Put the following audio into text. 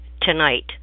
tonight